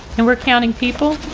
and we're counting people.